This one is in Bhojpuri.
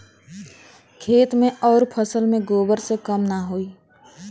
खेत मे अउर फसल मे गोबर से कम ना होई?